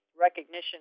recognition